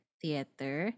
theater